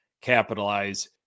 capitalize